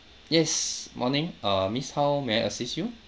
yes morning uh miss how may I assist you